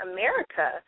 America